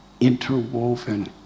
interwoven